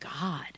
God